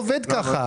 זה לא עובד כך.